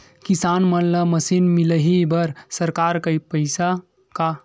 किसान मन ला मशीन मिलही बर सरकार पईसा का?